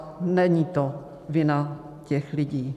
A není to vina těch lidí.